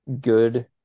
good